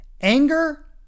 Anger